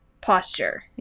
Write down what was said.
posture